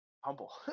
humble